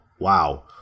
Wow